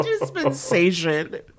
Dispensation